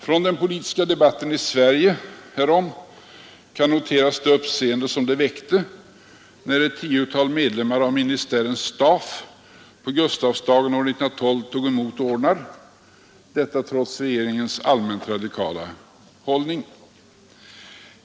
Från den politiska debatten i Sverige härom kan noteras det uppseende som det väckte när ett tiotal medlemmar av ministären Staaff på Gustavsdagen 1912 tog emot ordnar, detta trots regeringens allmänt radikala hållning.